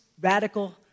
radical